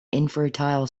infertile